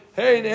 hey